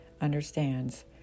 understands